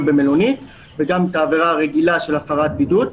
במלונית וגם את העבירה הרגילה של הפרת בידוד.